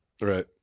right